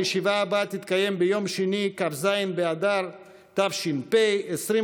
הישיבה הבאה תתקיים ביום שני, כ"ז באדר תש"ף, 23